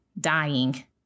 dying